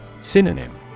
Synonym